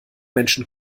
menschen